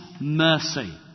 mercy